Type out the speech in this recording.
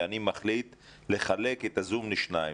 ואני מחליט לחלק את הזום לשניים,